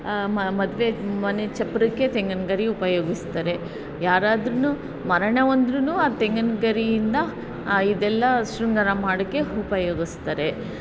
ಮ ಮದುವೆ ಮನೆ ಚಪ್ಪರಕ್ಕೆ ತೆಂಗಿನ ಗರಿ ಉಪಯೋಗಿಸ್ತಾರೆ ಯಾರಾದ್ರೂ ಮರಣ ಹೊಂದಿದ್ರು ಆ ತೆಂಗಿನ ಗರಿಯಿಂದ ಇದೆಲ್ಲಾ ಶೃಂಗಾರ ಮಾಡೋಕ್ಕೆ ಉಪಯೋಗಿಸ್ತಾರೆ